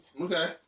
Okay